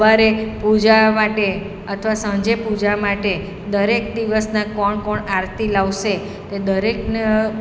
સવારે પૂજા માટે અથવા સાંજે પૂજા માટે દરેક દિવસના કોણ કોણ આરતી લાવશે તે દરેકને